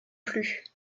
plus